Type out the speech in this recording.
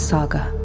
Saga